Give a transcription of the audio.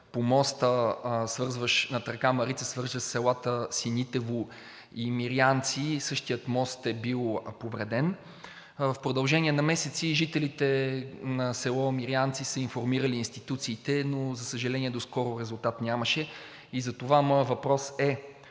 по моста над река Марица, свързващ селата Синитово и Мирянци, същият мост е бил повреден. В продължение на месеци жителите на село Мирянци са информирали институциите, но за съжаление, доскоро резултат нямаше. И затова моят въпрос е: